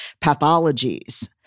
pathologies